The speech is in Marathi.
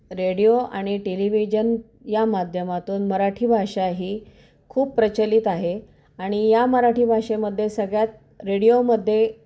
रेडिओ आणि टेलिव्हिजन या माध्यमातून मराठी भाषा ही खूप प्रचलित आहे आणि या मराठी भाषेमध्ये सगळ्यात रेडिओमध्ये